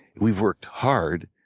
we've worked hard.